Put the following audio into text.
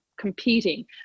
competing